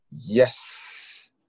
yes